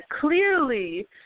clearly